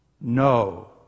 No